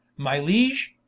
my liege,